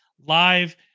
live